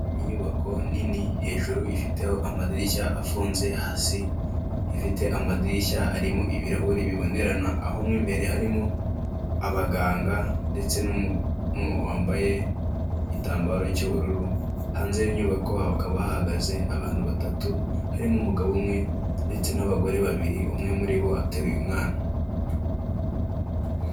Inyubako nini hejuru ifiteho amadirishya afunze hasi ifite amadirishya arimo ibirahuri bibonerana, aho mu imbere harimo abaganga ndetse n'umuntu wambaye igitambaro cy'ubururu. Hanze y'iyo nyubako hakaba hahagaze abantu batatu harimo umugabo umwe ndetse n'abagore babiri, umwe muribo ateruye umwana.